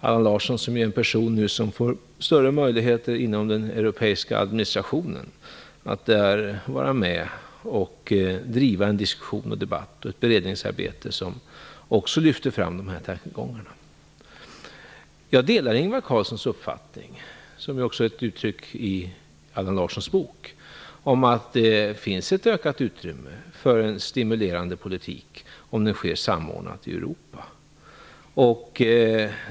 Allan Larsson är en person som nu får större möjligheter att inom den europeiska administrationen vara med och driva en diskussion, en debatt och ett beredningsarbete som också lyfter fram de här tankegångarna. Jag delar Ingvar Carlssons uppfattning, som också kommer till uttryck i Allan Larssons bok, att det finns ett ökat utrymme för en stimulerande politik om det sker samordnat i Europa.